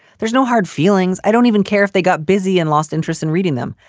there's no hard feelings. i don't even care if they got busy and lost interest in reading them.